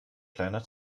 kleiner